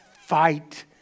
fight